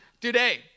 today